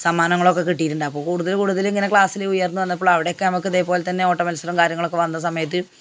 സമ്മാനങ്ങളൊക്കെ കിട്ടിയിട്ടുണ്ട് അപ്പം കൂടുതല് കൂടുതലിങ്ങനെ ക്ലാസ്സിൽ ഉയർന്നു വന്നപ്പോള് അവിടെയൊക്കെ നമുക്ക് ഇതേപോലെ തന്നെ ഓട്ടമത്സരവും കാര്യങ്ങളൊക്കെ വന്ന സമയത്ത്